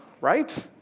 right